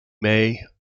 may